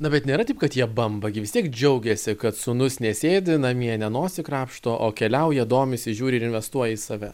na bet nėra taip kad jie bamba gi vis tiek džiaugiasi kad sūnus nesėdi namie ne nosį krapšto o keliauja domisi žiūri ir investuoja į save